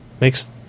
makes